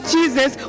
Jesus